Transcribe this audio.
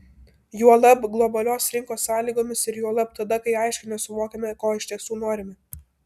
juolab globalios rinkos sąlygomis ir juolab tada kai aiškiai nesuvokiame ko iš tiesų norime